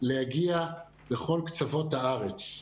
להגיע לכל קצוות הארץ.